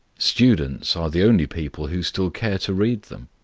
students are the only people who still care to read them.